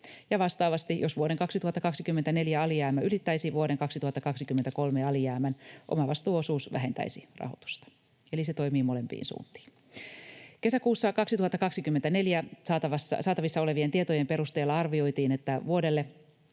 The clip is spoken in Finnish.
Vastaavasti, jos vuoden 2024 alijäämä ylittäisi vuoden 2023 alijäämän, omavastuuosuus vähentäisi rahoitusta, eli se toimii molempiin suuntiin. Kesäkuussa 2024 saatavissa olevien tietojen perusteella arvioitiin, että vuodelle